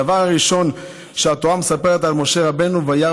הדבר הראשון שהתורה מספרת על משה רבנו "וירא